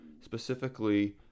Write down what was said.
Specifically